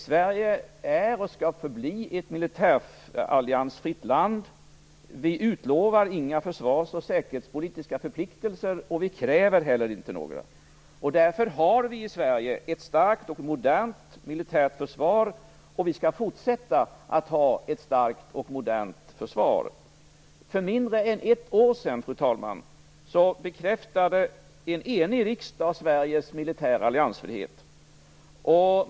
Sverige är, och skall förbli, ett militäralliansfritt land. Vi utlovar inga försvars och säkerhetspolitiska förpliktelser, och vi kräver inte heller några. Därför har vi i Sverige ett starkt och modernt militärt försvar, och vi skall fortsätta att ha ett starkt och modernt försvar. För mindre än ett år sedan, fru talman, bekräftade en enig riksdag Sveriges militära alliansfrihet.